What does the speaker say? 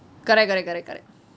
correct correct correct